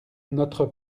notre